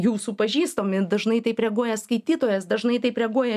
jūsų pažįstami dažnai taip reaguoja skaitytojas dažnai taip reaguoja